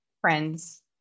friends